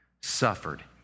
suffered